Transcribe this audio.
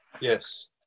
Yes